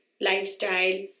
lifestyle